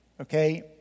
okay